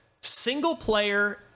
single-player